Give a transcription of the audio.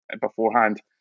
beforehand